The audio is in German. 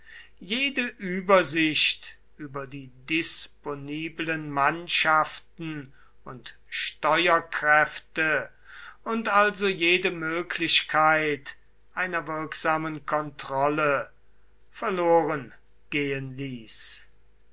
jede übersicht über die disponiblen mannschaften und steuerkräfte und also jede möglichkeit einer wirksamen kontrolle verloren gehen ließ